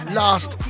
last